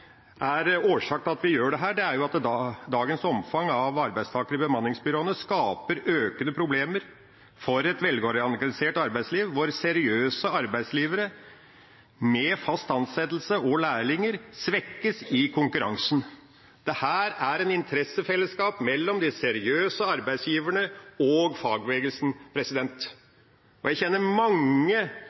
til at vi gjør dette, er at dagens omfang av arbeidstakere i bemanningsbyråene skaper økende problemer for et velorganisert arbeidsliv, hvor seriøse arbeidsgivere med fast ansettelse og lærlinger svekkes i konkurransen. Dette er et interessefellesskap mellom de seriøse arbeidsgiverne og fagbevegelsen, og jeg kjenner mange